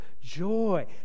joy